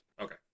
Okay